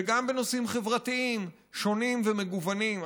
וגם בנושאים חברתיים שונים ומגוונים,